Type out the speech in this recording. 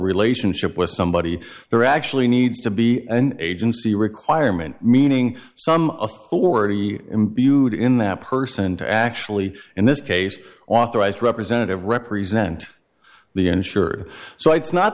relationship with somebody there actually needs to be an agency requirement meaning some authority imbued in that person to actually in this case authorized representative represent the insurer so it's not